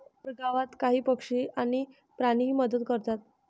परगावात काही पक्षी आणि प्राणीही मदत करतात